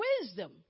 wisdom